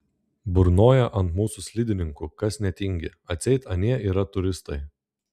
burnoja ant mūsų slidininkų kas netingi atseit anie yra turistai